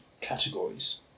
categories